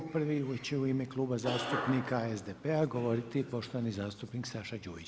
Prvi će u ime Kluba zastupnika SDP-a govoriti poštovani zastupnik Saša Đujić.